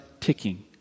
ticking